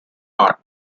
hard